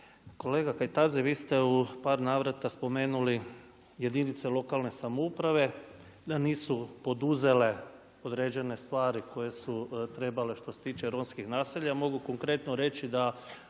Kolega Kajtazi, vi ste u par navrata spomenuli jedinice lokalne samouprave, da nisu poduzele određene stvari koje su trebale što se tiče romskih naselja. Mogu konkretno reći da